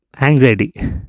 Anxiety